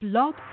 Blog